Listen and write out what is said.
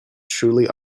truly